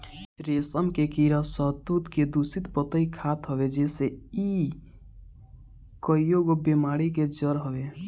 रेशम के कीड़ा शहतूत के दूषित पतइ खात हवे जेसे इ कईगो बेमारी के जड़ हवे